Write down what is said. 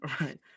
right